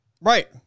Right